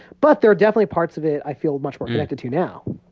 but there are definitely parts of it i feel much more connected to now